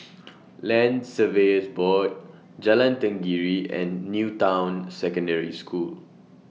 Land Surveyors Board Jalan Tenggiri and New Town Secondary School